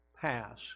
pass